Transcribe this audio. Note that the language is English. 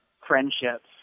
friendships